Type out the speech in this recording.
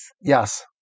Yes